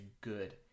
good